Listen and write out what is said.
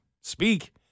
speak